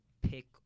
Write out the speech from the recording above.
pick